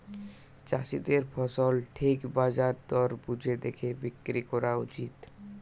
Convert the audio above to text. চাষীদের ফসল ঠিক বাজার দর বুঝে দেখে বিক্রি কোরা উচিত